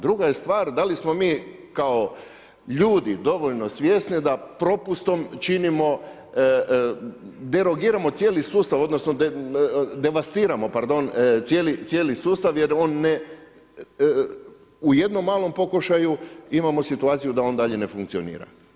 Druga je stvar da li smo mi kao ljudi dovoljno svjesni da propustom činimo, derogiramo cijeli sustav odnosno devastiramo pardon, cijeli sustav, jer on ne u jednom malom pokušaju imamo situaciju da on dalje ne funkcionira.